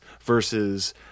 versus